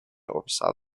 oversaw